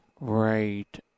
right